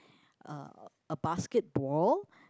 uh a basketball